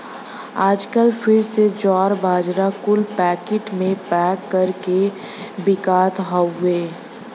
आजकल फिर से जवार, बाजरा कुल पैकिट मे पैक कर के बिकत हउए